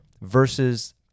versus